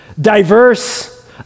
diverse